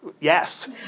Yes